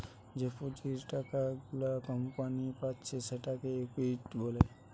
যে পুঁজির টাকা গুলা কোম্পানি পাচ্ছে সেটাকে ইকুইটি বলছে